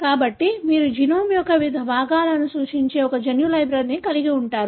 కాబట్టి మీరు జీనోమ్ యొక్క వివిధ విభాగాలను సూచించే ఒక జన్యు లైబ్రరీని కలిగి ఉన్నారు